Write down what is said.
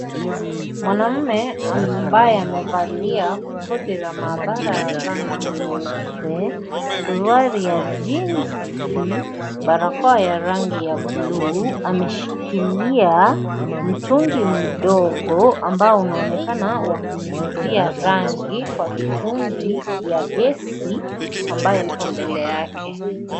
Mwanaume ambaye amevalia koti la mahabara la rangi nyeupe, suruali ya jinzi , barakoa ya rangi ya bluu, ameshikilia mtungi mdogo ambao unaonekana wa kunyunyuzia rangi kwa mitungi ya gesi ambayo ipo mbele yake.